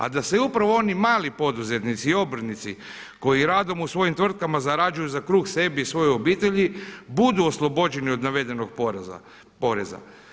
A da se upravo oni mali poduzetnici i obrtnici koji radom u svojim tvrtkama zarađuju za kruh sebi i svojoj obitelji budu oslobođeni od navedenog poreza.